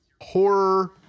horror